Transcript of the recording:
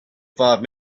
five